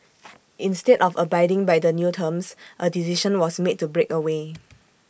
instead of abiding by the new terms A decision was made to break away